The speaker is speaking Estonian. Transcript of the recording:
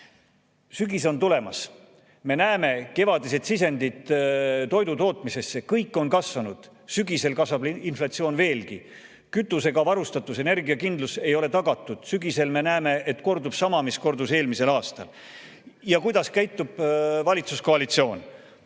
Sügis on tulemas, me näeme, et kevadised sisendid toidutootmisesse on kasvanud, sügisel kasvab inflatsioon veelgi. Kütusega varustatus, energiakindlus ei ole tagatud. Sügisel me näeme, et kordub sama, mis oli eelmisel aastal. Ja kuidas käitub valitsuskoalitsioon?